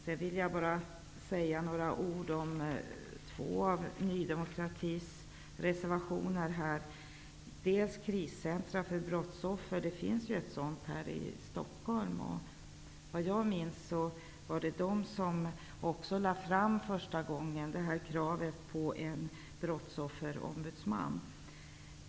Sedan vill jag säga några ord om Ny demokratis reservation om inrättande av kriscentrum för brottsoffer. Det finns ett sådant i Stockholm. Såvitt jag minns var det också det som första gången lade fram kravet på en brottsofferombudsman.